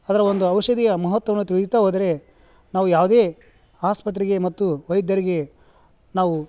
ಅದರ ಒಂದು ಔಷಧೀಯ ಮಹತ್ವವನ್ನು ತಿಳಿಯುತ್ತಾ ಹೋದರೆ ನಾವು ಯಾವುದೇ ಆಸ್ಪತ್ರೆಗೆ ಮತ್ತು ವೈದ್ಯರಿಗೆ ನಾವು